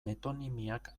metonimiak